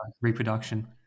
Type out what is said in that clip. Reproduction